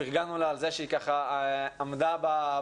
פרגנו לה על זה שהיא עמדה בפרץ,